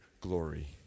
glory